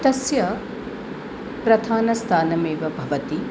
तस्य प्रधानस्थानमेव भवति